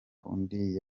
undi